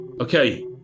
Okay